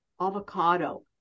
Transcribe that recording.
avocado